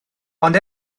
ond